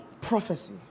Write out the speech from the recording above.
prophecy